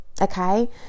okay